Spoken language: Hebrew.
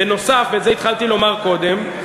בנוסף, ואת זה התחלתי לומר קודם,